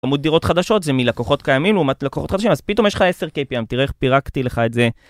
עמוד דירות חדשות, זה מלקוחות קיימים לעומת לקוחות חדשים, אז פתאום יש לך 10 KPM, תראה איך פירקתי לך את זה.